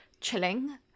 chilling